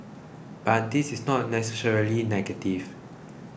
but this is not necessarily negative